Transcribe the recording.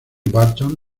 barton